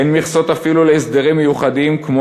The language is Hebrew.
אין מכסות אפילו להסדרים מיוחדים כמו